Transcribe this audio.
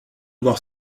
voir